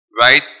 Right